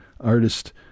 artist